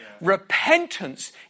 Repentance